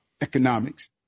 economics